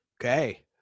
okay